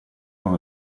con